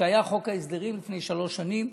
כשהיה חוק ההסדרים לפני שלוש שנים,